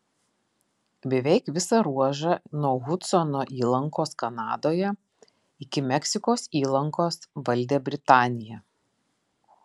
beveik visą ruožą nuo hudsono įlankos kanadoje iki meksikos įlankos valdė britanija